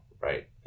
right